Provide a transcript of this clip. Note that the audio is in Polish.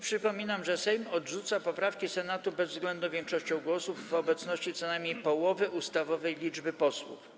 Przypominam, że Sejm odrzuca poprawki Senatu bezwzględną większością głosów w obecności co najmniej połowy ustawowej liczby posłów.